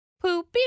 Poopy